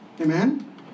Amen